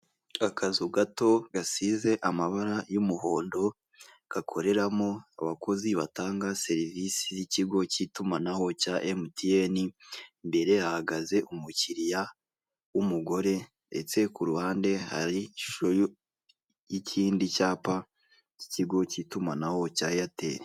Akazu gato gasize amabara y'umuhondo, gakoreramo abakozi batanga serivisi y'ikigo cy'itumanaho cya emutiyeni, imbere hahagaze umukiliya w'umugore ndetse ku ruhande hari ishusho y'ikindi cyapa cy'ikigo cy'itumanaho cya eyateri.